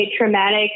traumatic